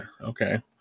okay